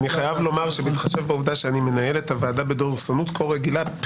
אני חייב לומר שבהתחשב בעובדה שאני מנהל את הוועדה בדורסנות כה רגילה,